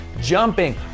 jumping